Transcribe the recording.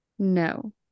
No